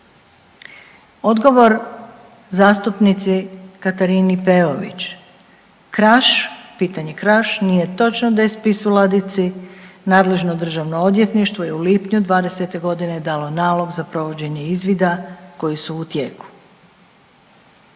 Odgovor zastupnici Katarini Peović, Kraš, pitanje Kraš nije točno da je spis u ladici, nadležno državno odvjetništvo je u lipnju '20.g. dalo nalog za provođenje izvida koji su u tijeku.